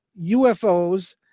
UFOs